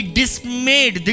dismayed